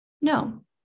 No